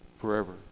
forever